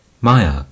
Maya